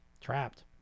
Trapped